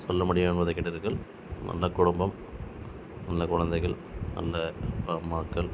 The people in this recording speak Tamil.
சொல்ல முடியுமா என்று கேட்டிருக்கிறீர்கள் நல்ல குடும்பம் நல்ல குழந்தைகள் நல்ல மக்கள்